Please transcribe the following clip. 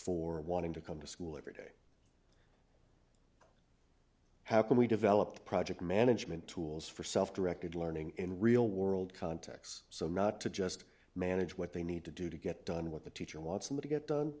for wanting to come to school every day how can we develop project management tools for self directed learning in real world context so not to just manage what they need to do to get done what the teacher wants somebody get done